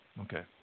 okay